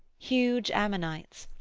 huge ammonites,